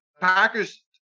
Packers